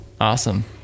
Awesome